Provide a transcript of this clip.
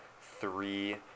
three